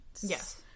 Yes